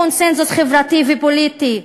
קונסנזוס חברתי ופוליטי.